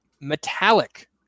metallic